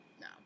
No